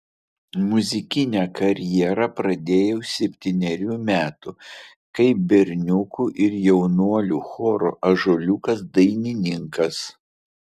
muzikinę karjerą pradėjo septynerių metų kaip berniukų ir jaunuolių choro ąžuoliukas dainininkas